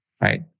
right